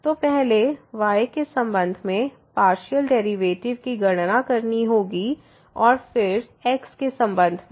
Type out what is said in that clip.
तो पहले y के संबंध में पार्शियल डेरिवेटिव की गणना करनी होगी और फिर x के संबंध में